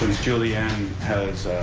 julianne has